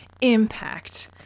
impact